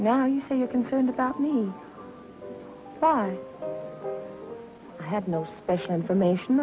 now you say you're concerned about me son had no special information